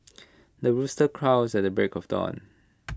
the rooster crows at the break of dawn